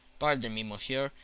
pardon me, monsieur,